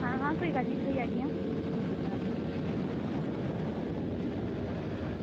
आं आं कोई गल्ल निं थ्होई जाह्गियां